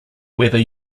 weather